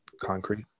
concrete